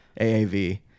AAV